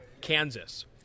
Kansas